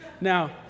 Now